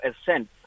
assent